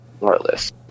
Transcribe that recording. regardless